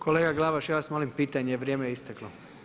Kolega Glavaš, ja vas molim pitanje, vrijeme je istaklo.